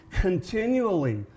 continually